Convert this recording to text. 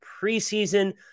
preseason